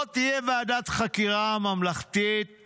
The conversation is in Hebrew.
לא תהיה ועדת חקירה ממלכתית.